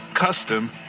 Custom